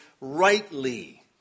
rightly